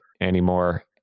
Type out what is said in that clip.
anymore